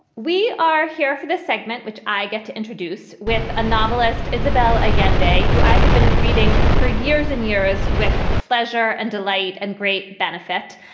we are here for this segment, which i get to introduce with a novelist, isabel. again day, who i have been reading for years and years with pleasure and delight and great benefit.